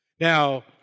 Now